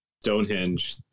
Stonehenge